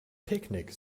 picnic